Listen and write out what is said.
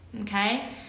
okay